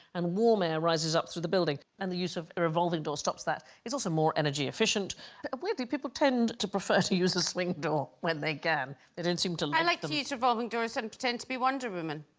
and warm air rises up through the building and the use of a revolving door stops that it's also more energy efficient where do people tend to prefer to use a swing door when they can? they don't seem to like i like to use revolving doors and pretend to be wonder woman